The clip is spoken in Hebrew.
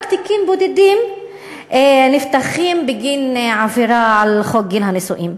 רק תיקים בודדים נפתחים בגין עבירה על חוק גיל הנישואין.